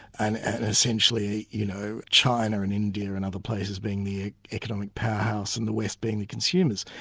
and and essentially you know china and india and other places being the economic powerhouse and the west being the consumers.